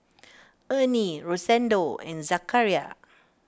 Ernie Rosendo and Zachariah